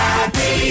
Happy